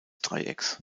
dreiecks